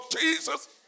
Jesus